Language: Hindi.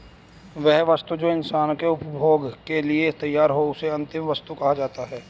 वह वस्तु जो इंसान के उपभोग के लिए तैयार हो उसे अंतिम वस्तु भी कहा जाता है